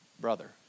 brother